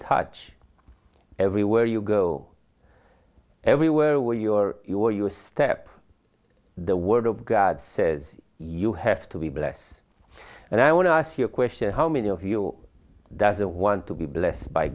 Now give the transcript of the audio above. touch everywhere you go everywhere where you are you are you a step the word of god says you have to be bless and i want to ask you a question how many of you doesn't want to be blessed by